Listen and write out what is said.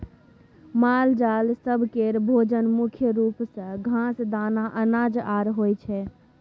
मालजाल सब केँ भोजन मुख्य रूप सँ घास, दाना, अनाज आर होइ छै